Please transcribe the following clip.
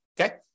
okay